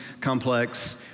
complex